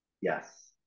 Yes